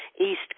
East